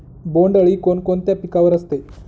बोंडअळी कोणकोणत्या पिकावर असते?